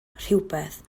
rhywbeth